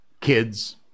kids